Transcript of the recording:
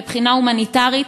מבחינה הומניטרית,